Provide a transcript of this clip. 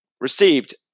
received